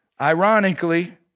Ironically